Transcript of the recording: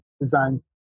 design